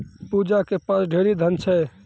पूजा के पास ढेरी धन छै